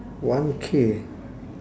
one K